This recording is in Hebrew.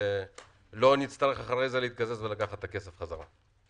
שלא נצטרך אחרי זה להתקזז ולקחת את הכסף בחזרה.